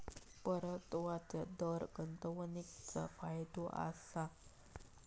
परताव्याचो दर गुंतवणीकीचो फायदो असता